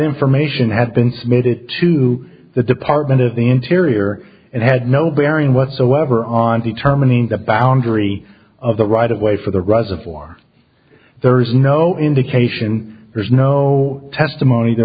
information had been submitted to the department of the interior and had no bearing whatsoever on determining the boundary of the right of way for the reservoir there is no indication there's no testimony there